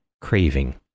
craving